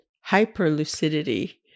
hyper-lucidity